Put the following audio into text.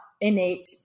innate